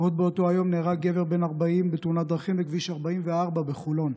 עוד באותו היום נהרג גבר בן 40 בתאונת דרכים בכביש 44 בחולון.